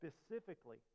specifically